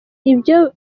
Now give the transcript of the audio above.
ibyo